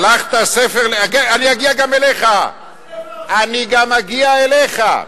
שלח את הספר, אני אגיע גם אליך, אני גם אגיע אליך.